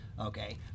okay